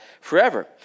forever